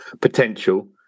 potential